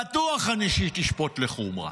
בטוח אני שהיא תשפוט לחומרה.